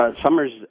summer's